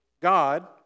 God